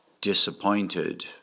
disappointed